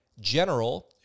general